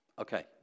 Okay